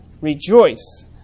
rejoice